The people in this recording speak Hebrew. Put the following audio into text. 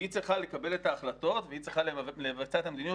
שהיא צריכה לקבל את ההחלטות והיא צריכה לבצע את המדיניות.